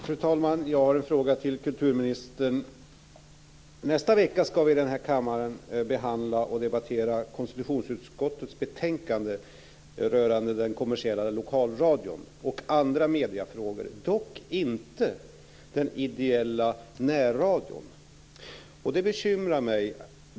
Fru talman! Jag har en fråga till kulturministern. Nästa vecka ska vi i den här kammaren behandla och debattera konstitutionsutskottets betänkande rörande den kommersiella lokalradion och andra mediefrågor, dock inte den ideella närradion. Det bekymrar mig.